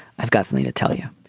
i've got something to tell you.